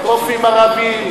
רופאים ערבים,